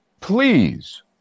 please